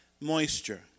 moisture